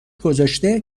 گذاشته